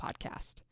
podcast